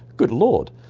good lord!